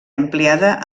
ampliada